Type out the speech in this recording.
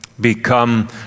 become